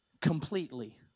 completely